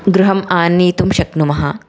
गृहम् आनेतुं शक्नुमः